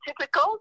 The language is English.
typical